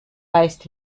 weist